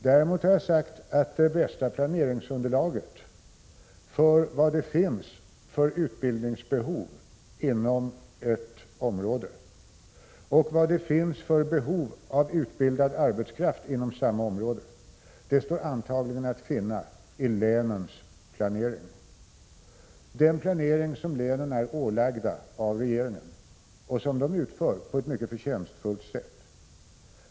Däremot har jag sagt att det bästa planeringsunderlaget när det gäller att få reda på det utbildningsbehov som finns inom ett område och det behov av utbildad arbetskraft som föreligger inom samma område antagligen står att finna i länens planering — den planering som länen är ålagda av regeringen att utföra, och som de utför på ett mycket förtjänstfullt sätt.